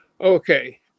Okay